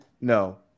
no